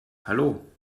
hallo